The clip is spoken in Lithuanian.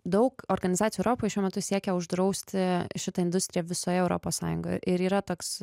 daug organizacijų europoj šiuo metu siekia uždrausti šitą industriją visoje europos sąjungoje ir yra toks